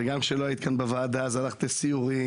גם כשלא היית כאן בוועדה אז הלכת לסיורים.